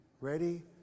Ready